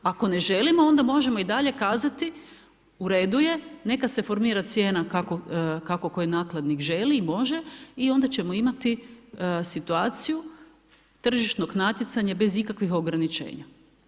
Ako ne želimo onda možemo i dalje kazati u redu je, neka se formira cijena kako koji nakladnik želi i može i onda ćemo imati situaciju tržišnog natjecanja bez ikakvih ograničenja.